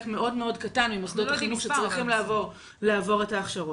מאוד מאוד קטן ממוסדות החינוך שצריכים לעבור את ההכשרות.